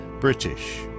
British